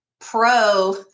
pro